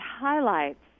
highlights